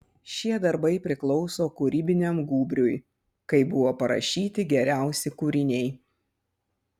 šie darbai priklauso kūrybiniam gūbriui kai buvo parašyti geriausi kūriniai